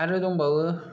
आरो दंबावो